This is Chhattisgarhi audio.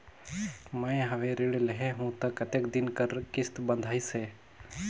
मैं हवे ऋण लेहे हों त कतेक दिन कर किस्त बंधाइस हे?